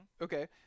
Okay